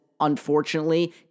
unfortunately